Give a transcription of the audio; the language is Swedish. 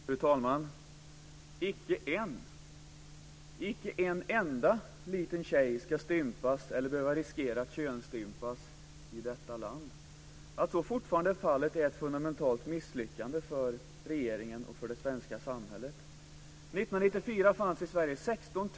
Fru talman! Icke en - icke en enda liten tjej ska könsstympas eller riskera att könsstympas i detta land! Att så fortfarande är fallet är ett fundamentalt misslyckande för regeringen och för det svenska samhället.